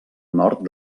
nord